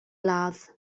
ladd